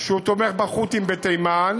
שהוא תומך בחות'ים בתימן,